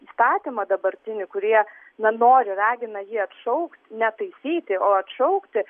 įstatymą dabartinį kurie na nori ragina jį atšaukt ne taisyti o atšaukti